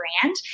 brand